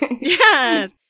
Yes